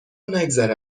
نگذره